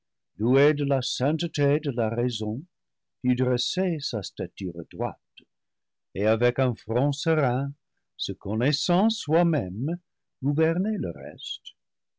de la sainteté de la raison pût dresser sa stature droite et avec un front serein se connaissant soi même gouverner le reste